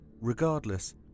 Regardless